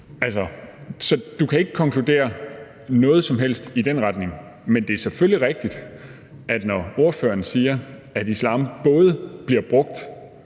du kan ikke konkludere noget som helst i den retning. Men det er selvfølgelig rigtigt, at når islam, som ordføreren siger, både bliver brugt